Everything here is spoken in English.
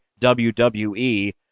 WWE